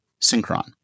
Synchron